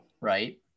Right